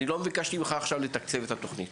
לא ביקשתי ממך עכשיו לתקצב את התוכנית.